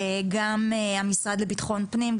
גם המשרד לביטחון פנים,